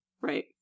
right